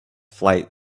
flight